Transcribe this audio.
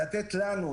לתת לנו,